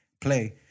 Play